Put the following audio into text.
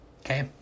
Okay